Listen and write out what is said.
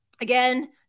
Again